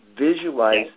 visualize